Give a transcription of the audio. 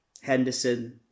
Henderson